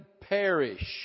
perish